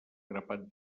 grapat